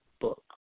book